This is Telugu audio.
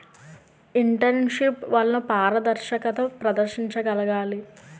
ఎంటర్ప్రైన్యూర్షిప్ వలన పారదర్శకత ప్రదర్శించగలగాలి